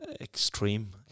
extreme